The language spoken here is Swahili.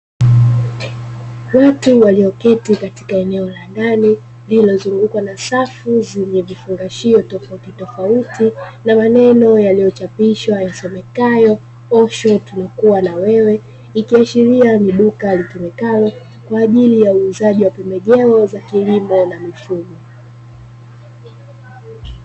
Nyuki walioketi katika eneo la ndani, wamezungukwa na safu zenye vifungashio tofauti tofauti na maneno yaliyochapishwa yaliyosomekayo 'Pour Shot' kwa , ikionyesha bidhaa zilizorundikwa kwa ajili ya uuzaji wa viua wadudu za kilimo na mifugo